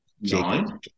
Nine